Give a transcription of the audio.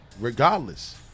regardless